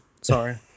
Sorry